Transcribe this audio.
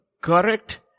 correct